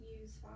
use